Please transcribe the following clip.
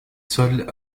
sols